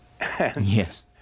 Yes